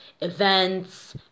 events